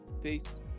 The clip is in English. Peace